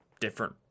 different